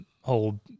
whole